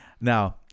Now